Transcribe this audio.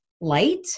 light